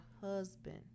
husband